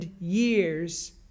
years